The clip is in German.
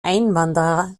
einwanderer